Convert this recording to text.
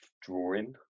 drawing